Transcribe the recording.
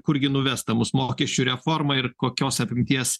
kurgi nuves ta mus mokesčių reforma ir kokios apimties